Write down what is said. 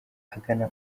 agana